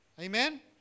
Amen